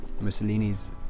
Mussolini's